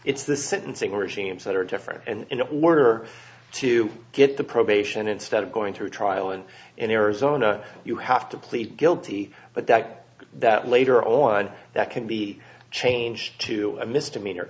it's the sentencing regimes that are different and in order to get the probation instead of going to trial and in arizona you have to plead guilty but that that later on that can be changed to a misdemeanor